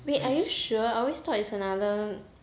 wait are you sure I always thought is another